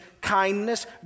kindness